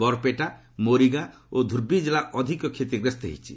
ବରପେଟା ମୋରିଗାଁ ଓ ଧ୍ରର୍ବ ଜିଲ୍ଲା ଅଧିକ କ୍ଷତିଗ୍ରସ୍ତ ହୋଇଛି